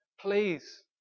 Please